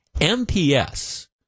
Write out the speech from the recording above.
MPS